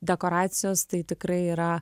dekoracijos tai tikrai yra